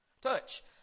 Touch